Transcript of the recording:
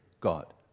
God